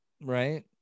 right